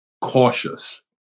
cautious